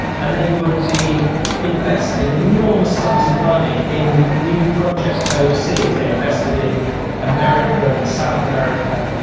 and they would be investing enormous sums of money in new projects overseas. they invested in america and south america,